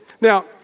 Now